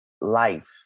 life